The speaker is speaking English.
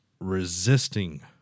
resisting